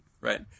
Right